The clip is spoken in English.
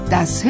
Das